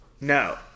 No